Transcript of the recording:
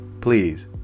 please